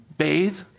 bathe